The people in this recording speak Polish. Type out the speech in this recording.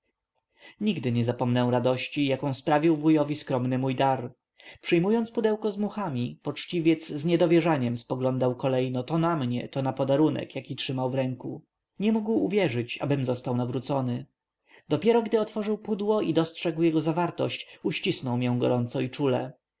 nigdy nie zapomnę radości jaką sprawił wujowi skromny mój dar przyjmując pudełko z muchami poczciwiec z niedowierzaniem spoglądał kolejno to na mnie to na podarunek jaki trzymał w ręku nie mógł uwierzyć abym został nawrócony dopiero gdy otworzył pudło i dostrzegł jego zawartość uścisnął mię gorąco i czule